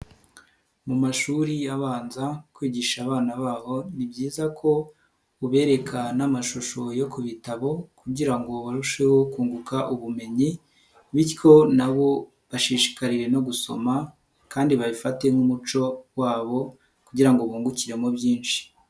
Mu mashuri abanza kwigisha abana babo ni byiza ko ubereka n'amashusho yo ku bitabo kugira ngo barusheho kunguka ubumenyi, bityo nabo bashishikarire no gusoma kandi babifate nk'umuco wabo kugira ngo bungukiremo byinshi.